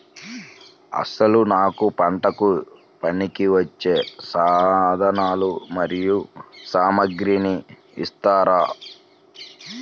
అసలు నాకు పంటకు పనికివచ్చే సాధనాలు మరియు సామగ్రిని ఇస్తారా?